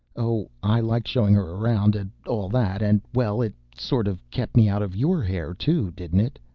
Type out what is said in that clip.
oh, i liked showing her around, and all that and, well, it sort of kept me out of your hair, too, didn't it?